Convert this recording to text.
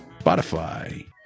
Spotify